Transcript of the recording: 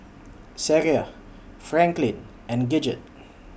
Sag yard Franklyn and Gidget